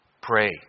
pray